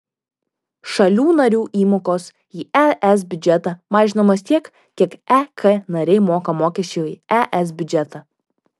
šalių narių įmokos į es biudžetą mažinamos tiek kiek ek nariai moka mokesčių į es biudžetą